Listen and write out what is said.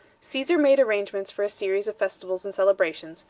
caesar made arrangements for a series of festivals and celebrations,